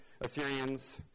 Assyrians